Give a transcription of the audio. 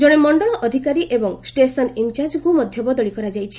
ଜଣେ ମଣ୍ଡଳ ଅଧିକାରୀ ଏବଂ ଷ୍ଟେସନ୍ ଇନ୍ଚାର୍ଜଙ୍କୁ ମଧ୍ୟ ବଦଳି କରାଯାଇଛି